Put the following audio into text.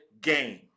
game